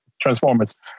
transformers